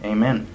Amen